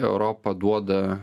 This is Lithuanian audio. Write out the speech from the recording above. europa duoda